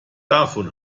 davon